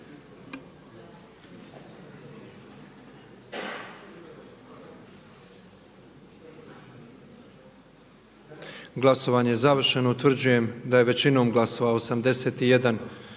Glasovanje je završeno. Utvrđujem da smo većinom glasova 122